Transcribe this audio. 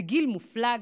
בגיל מופלג,